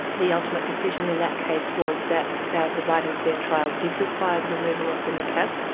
the ultimate decision in that case was that the right of a fair trial did require the removal of the niqab,